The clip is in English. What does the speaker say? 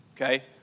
okay